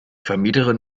vermieterin